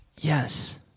yes